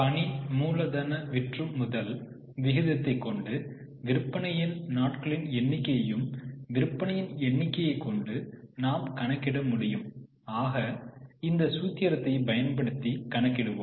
பணி மூலதன விற்றுமுதல் விகிதத்தை கொண்டு விற்பனையின் நாட்களின் எண்ணிக்கையும் விற்பனையின் எண்ணிக்கையை கொண்டு நாம் கணக்கிட முடியும் ஆக இந்த சூத்திரத்தையும் பயன்படுத்தி கணக்கிடுவோம்